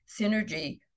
synergy